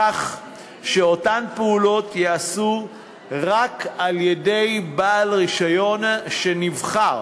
כך שאותן פעולות ייעשו רק על-ידי בעל רישיון שנבחר